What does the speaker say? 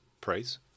price